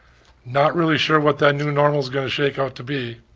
not really sure what that new normal's going to shake out to be,